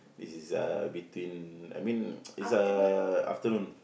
this is uh between I mean is uh afternoon